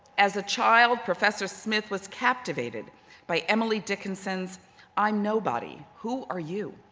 as a child, professor smith was captivated by emily dickinson's i'm nobody, who are you.